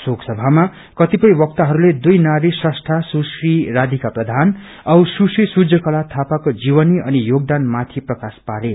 शोक सभामा कृतिपय वक्ताहरूले दुई म्रष्ठा सुश्री राथिका प्रधान औ सुश्री सूर्यकला थापाको जीवनी अनि योगदान माथि प्रकाश पारे